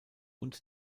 und